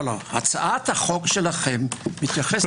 הצעת החוק שלכם מתייחסת